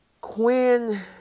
Quinn